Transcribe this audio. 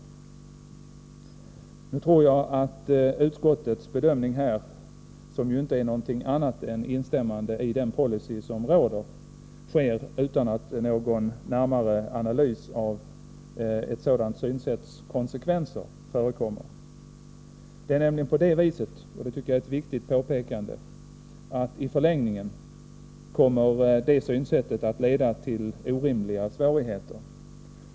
Nu tror jag att utskottets bedömning, som ju inte är någonting annat än instämmande i den policy som råder, sker utan någon närmare analys av ett sådant synsätts konsekvenser. Det är nämligen på det viset, och det tycker jagär ett viktigt påpekande, att i förlängningen kommer det synsättet att leda till orimliga svårigheter.